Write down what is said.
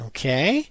Okay